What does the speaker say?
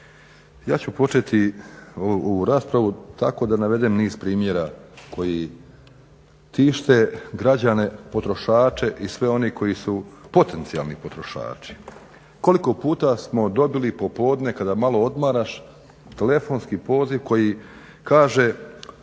Ja ću početi ovu raspravu tako da navedem niz primjera koji tište građane potrošače i sve one koji su potencijalni potrošači. Koliko puta smo dobili popodne kada malo odmaraš telefonski poziv koji kaže,